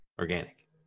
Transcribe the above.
organic